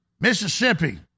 Mississippi